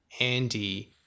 Andy